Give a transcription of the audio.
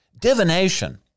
Divination